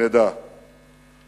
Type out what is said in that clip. ונדע כי